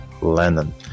Lennon